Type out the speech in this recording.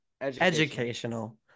Educational